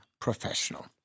professional